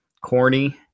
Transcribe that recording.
corny